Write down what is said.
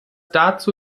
dazu